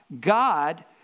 God